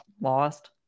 lost